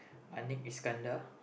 Annick-Iskandar